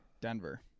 Denver